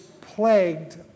plagued